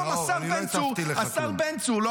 היום השר בן צור --- אני לא הטפתי לך כלום.